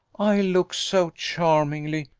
i look so charmingly,